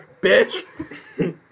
bitch